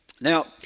Now